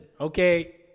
okay